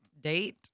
date